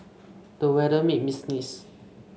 the weather made me sneeze